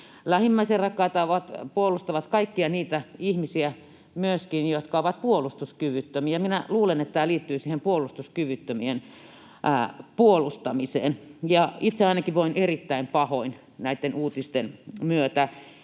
lähimmäisenrakkaita, puolustavat myöskin kaikkia niitä ihmisiä, jotka ovat puolustuskyvyttömiä — minä luulen, että tämä liittyy siihen puolustuskyvyttömien puolustamiseen. Itse ainakin voin erittäin pahoin näitten uutisten myötä,